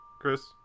Chris